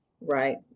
Right